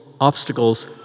obstacles